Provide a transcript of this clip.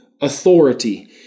authority